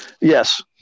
Yes